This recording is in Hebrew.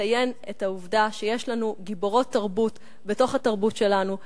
לציין את העובדה שיש לנו גיבורות תרבות בתוך התרבות שלנו,